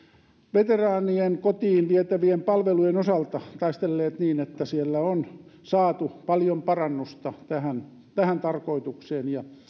veteraanien kotiin vietävien palvelujen osalta taistelleet niin että siellä on saatu paljon parannusta tähän tarkoitukseen ja